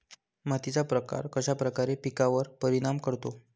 मातीचा प्रकार कश्याप्रकारे पिकांवर परिणाम करतो?